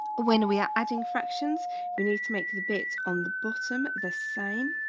when we are adding fractions we need to make the bit on the bottom the same